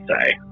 say